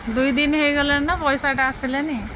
ଦୁଇ ଦିନ ହେଇଗଲାଣି ନା ପଇସାଟା ଆସିଲାନି